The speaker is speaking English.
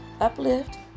uplift